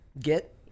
get